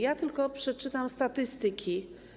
Ja tylko przeczytam statystyki.